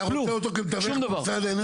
אתה צריך עזרה עם משרד האנרגיה.